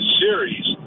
series